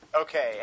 Okay